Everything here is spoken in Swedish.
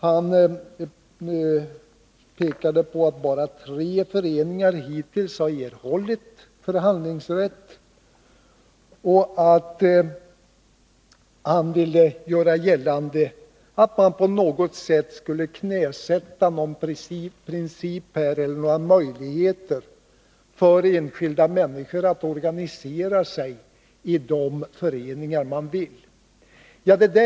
Han pekade på att bara tre föreningar hittills har erhållit förhandlingsrätt, och han ville göra gällande att man på något sätt skulle knäsätta möjligheterna för enskilda människor att organisera sig i de föreningar som de vill organisera sig i.